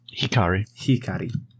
Hikari